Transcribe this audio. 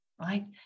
right